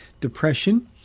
depression